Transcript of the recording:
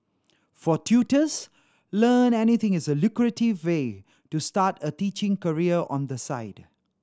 for tutors Learn Anything is a lucrative way to start a teaching career on the side